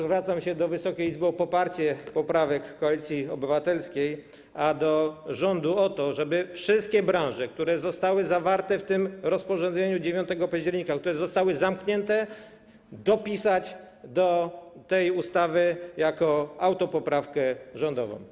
Zwracam się do Wysokiej Izby o poparcie poprawek Koalicji Obywatelskiej, a do rządu o to, żeby wszystkie branże, które zostały wymienione w rozporządzeniu z 9 października - te, które zostały zamknięte - dopisać do tej ustawy jako autopoprawkę rządową.